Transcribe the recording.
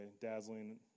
dazzling